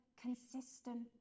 consistent